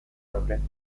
nobleza